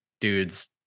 Dudes